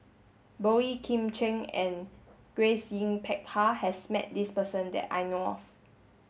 Boey Kim Cheng and Grace Yin Peck Ha has met this person that I know of